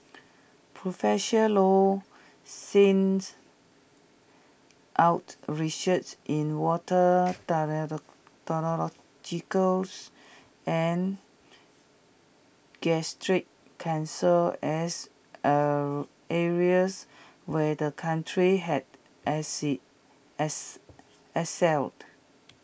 professor low out research in water and gastric cancer as areas where the country had excelled